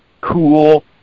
cool